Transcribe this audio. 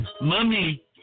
Mummy